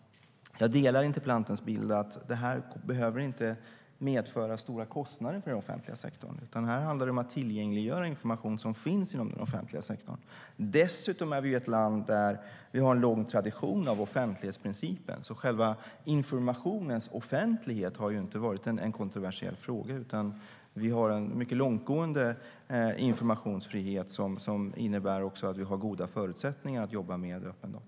Jag delar interpellantens bild att detta inte behöver medföra stora kostnader för den offentliga sektorn, utan här handlar det om att tillgängliggöra information som finns inom den offentliga sektorn. Dessutom är Sverige ett land som har en lång tradition av offentlighetsprincipen. Själva informationens offentlighet har inte varit en kontroversiell fråga, utan vi har en mycket långtgående informationsfrihet som innebär att vi har goda förutsättningar att jobba med öppna data.